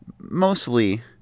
mostly